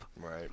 Right